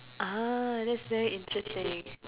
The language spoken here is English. ah that's very interesting